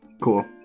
Cool